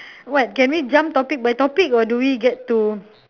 what can we jump topic by topic or do we get to